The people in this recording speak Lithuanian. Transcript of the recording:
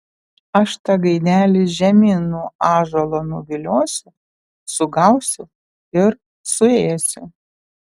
aš tą gaidelį žemyn nuo ąžuolo nuviliosiu sugausiu ir suėsiu